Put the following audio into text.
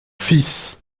fils